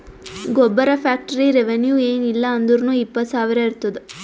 ಗೊಬ್ಬರ factory revenue ಏನ್ ಇಲ್ಲ ಅಂದುರ್ನೂ ಇಪ್ಪತ್ತ್ ಸಾವಿರ ಇರ್ತುದ್